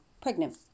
pregnant